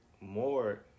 more